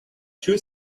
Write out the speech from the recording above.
two